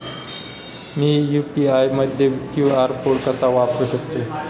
मी UPI मध्ये QR code कसा वापरु शकते?